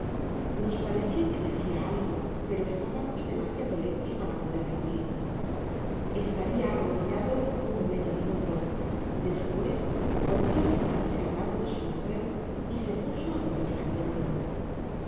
nos pareció que decia algo pero estábamos demasiado lejos para poderlo oir estaria arrodillado corno medio minalo des pues volvió á sentarse al lado de su mujer y se puso i conversar de nuuevo